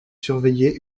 surveiller